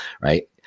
Right